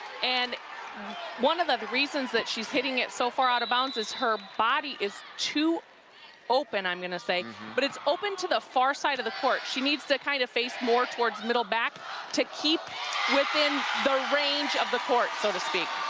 and one of of the reasons that she's hitting it so far out of bounds is her body is too open, i'm going to say but it's open to the far side ofthe court. she needs to kind of face more towards middle back to keep within the range of the court, so to speak.